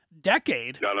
decade